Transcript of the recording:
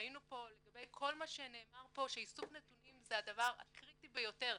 ראינו פה לגבי כל מה שנאמר פה שאיסוף נתונים זה הדבר הקריטי ביותר.